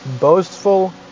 boastful